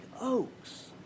oaks